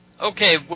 Okay